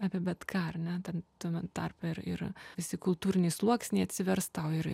apie bet ką ar ne ten tame tarpe ir ir visi kultūriniai sluoksniai atsivers tau ir